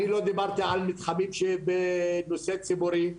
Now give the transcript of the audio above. אני לא דיברתי על מתחמים שהם בנושא ציבורי.